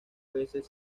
veces